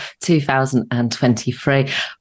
2023